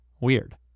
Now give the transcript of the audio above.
Weird